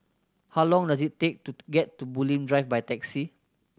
how long does it take to get to Bulim Drive by taxi